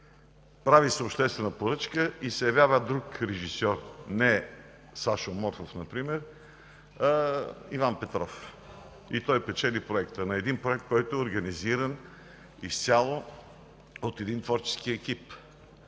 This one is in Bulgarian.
Прави се обществена поръчка и се явява друг режисьор, не Сашо Морфов например, а Иван Петров, и той печели проекта – един проект, който е организиран изцяло от един творчески екип.